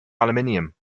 aluminium